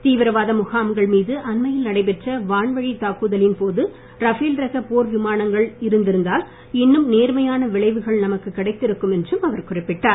தீவிரவாத முகாம்கள் மீது அண்மையில் நடைபெற்ற வான்வழித் தாக்குதலின் போது ரபேல் ரக போர் விமானங்கள் இருந்திருந்தால் இன்னும் நேர்மறையான விளைவுகள் நமக்கு கிடைத்திருக்கும் என்றும் அவர் குறிப்பிட்டார்